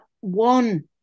one